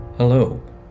Hello